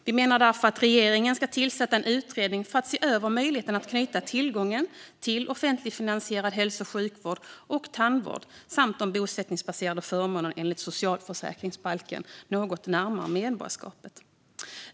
Vi menar därför att regeringen ska tillsätta en utredning för att se över möjligheten att knyta tillgången till offentligfinansierad hälso och sjukvård och tandvård samt de bosättningsbaserade förmånerna enligt socialförsäkringsbalken något närmare medborgarskapet.